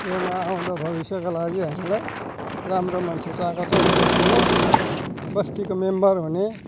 किन आउँदो भविष्यको लागि हामीलाई राम्रो मान्छे चाहिएको छ यो बस्तीलाई बस्तीको मेम्बर हुने